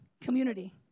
Community